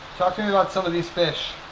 talk to me about some of these fish.